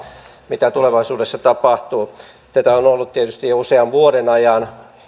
mitä tulevaisuudessa tapahtuu asia on ollut ollut tietysti jo usean vuoden ajan